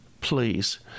please